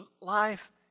life